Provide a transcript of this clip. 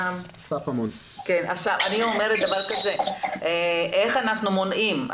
אסף, איך אנחנו מונעים.